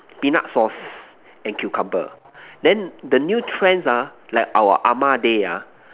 peanut sauce and cucumber then the new trends ah like our ah-ma day ah